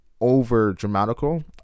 over-dramatical